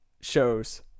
shows